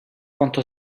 quanto